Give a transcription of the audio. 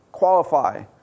Qualify